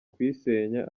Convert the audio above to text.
kuyisenya